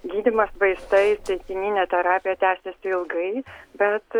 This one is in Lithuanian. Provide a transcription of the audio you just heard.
gydymas vaistais taikininė terapija tęsiasi ilgai bet